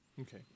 okay